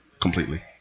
completely